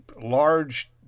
large